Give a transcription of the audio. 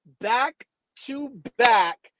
back-to-back